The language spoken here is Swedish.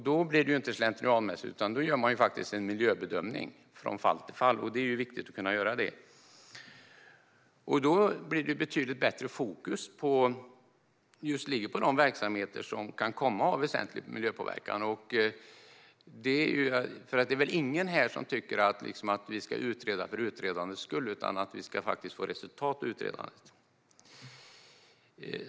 Då blir det inte slentrianmässigt, utan då gör man faktiskt en miljöbedömning från fall till fall. Det är viktigt att kunna göra det. Då blir det ett betydligt bättre fokus på just de verksamheter som kan komma att ha väsentlig miljöpåverkan. Det är väl ingen här som tycker att vi ska utreda för utredandets skull; vi ska ju faktiskt få resultat av utredandet.